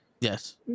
Yes